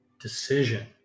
decision